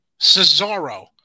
Cesaro